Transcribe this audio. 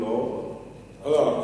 אם לא, לא.